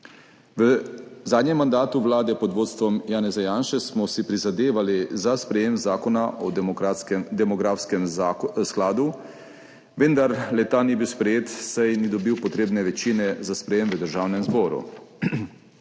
V zadnjem mandatu vlade pod vodstvom Janeza Janše smo si prizadevali za sprejetje zakona o demografskem skladu, vendar le-ta ni bil sprejet, saj ni dobil potrebne večine za sprejetje v Državnem zboru.